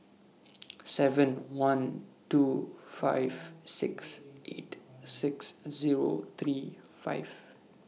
seven one two five six eight six Zero three five